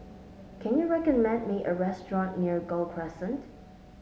can you recommend me a restaurant near Gul Crescent